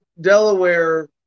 Delaware